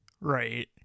right